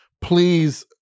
Please